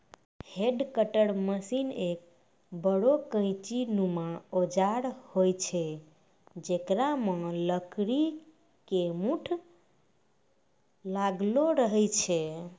hedge cutter machine एक बड़ो कैंची नुमा औजार होय छै जेकरा मॅ लकड़ी के मूठ लागलो रहै छै